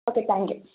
okay thank you